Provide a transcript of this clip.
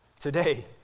Today